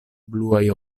bluaj